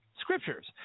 scriptures